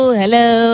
hello